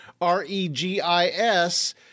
R-E-G-I-S